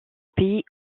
pays